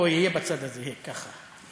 פה יהיה בצד הזה, ככה.